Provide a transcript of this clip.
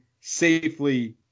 safely